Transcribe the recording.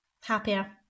happier